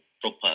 proper